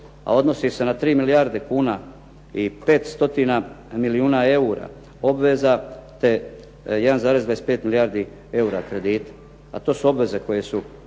a odnosi se na 3 milijarde kuna i 5 stotina milijuna eura obveza, te 1,25 milijardi eura kredita. A to su obveze koje su